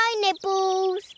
nipples